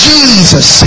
Jesus